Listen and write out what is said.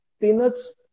Peanuts